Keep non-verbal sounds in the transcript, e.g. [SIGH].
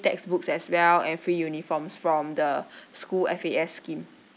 textbooks as well and free uniforms from the [BREATH] school F_A_S scheme